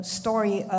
story